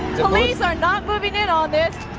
the police are not moving in on this.